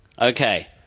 Okay